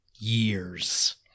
Years